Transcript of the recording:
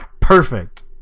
Perfect